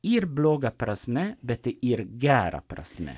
ir bloga prasme bet ir gera prasme